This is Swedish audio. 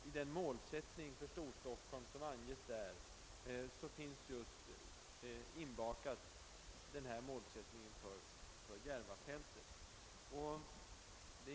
I den målsättning för Stockholm som anges i Länsplanering 67 finns detta inbakat.